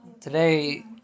Today